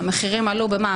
המחירים עלו ב-120%,